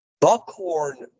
Buckhorn